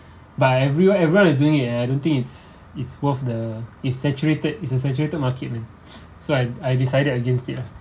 but everyone everyone is doing it I don't think it's it's worth the is saturated is a saturated market eh so I I decided against it lah